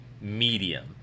medium